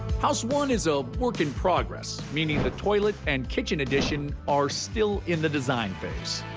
house one is a work in progress, meaning the toilet and kitchen addition are still in the design phase.